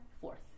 Fourth